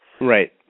Right